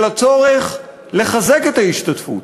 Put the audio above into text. של הצורך לחזק את ההשתתפות,